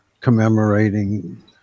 commemorating